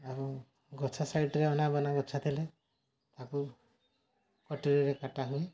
ଆଉ ଗଛ ସାଇଡ଼୍ରେ ଅନା ବନା ଗଛ ଥିଲେ ତାକୁ କଟୁରୀରେ କଟା ହୁଏ